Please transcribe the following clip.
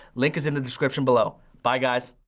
link is in the description below. bye guys!